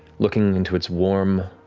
looking into its warm,